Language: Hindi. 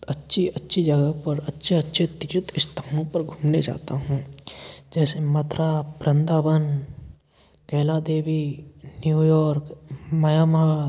अच्छी अच्छी जगह पर अच्छे अच्छे तीर्थ स्थानों पर घूमने जाता हूँ जैसे मथुरा वृंदावन कैला देवी न्यूयॉर्क म्यांमार